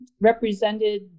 represented